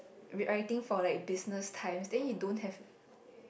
be writing for like business time then you don't have